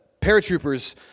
paratroopers